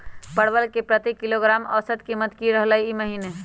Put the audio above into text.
परवल के प्रति किलोग्राम औसत कीमत की रहलई र ई महीने?